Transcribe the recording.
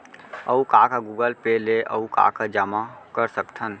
अऊ का का गूगल पे ले अऊ का का जामा कर सकथन?